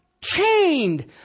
chained